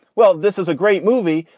well, this is a great movie.